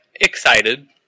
excited